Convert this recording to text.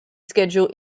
schedule